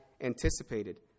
anticipated